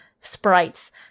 sprites